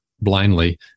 blindly